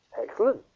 Excellent